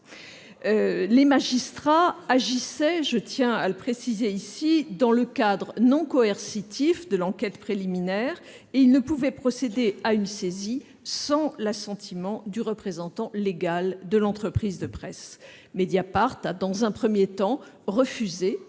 Les magistrats agissaient, je tiens à le préciser ici, dans le cadre non coercitif de l'enquête préliminaire, et ne pouvaient pas procéder à une saisie sans l'assentiment du représentant légal de l'entreprise de presse. Mediapart a, dans un premier temps, refusé